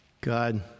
God